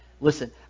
Listen